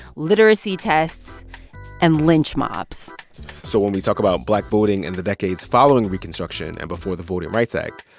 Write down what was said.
literacy tests and lynch mobs so when we talk about black voting in the decades following reconstruction and before the voting rights act,